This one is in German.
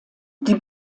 die